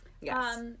Yes